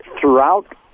throughout